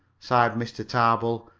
sighed mr. tarbill.